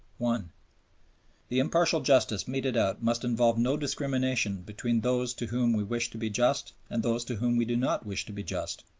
the impartial justice meted out must involve no discrimination between those to whom we wish to be just and those to whom we do not wish to be just.